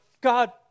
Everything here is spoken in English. God